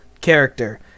character